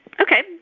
Okay